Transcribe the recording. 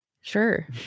Sure